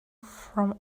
from